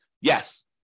Yes